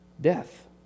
death